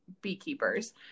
beekeepers